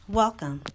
welcome